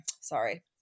sorry